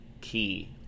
key